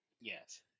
Yes